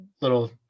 little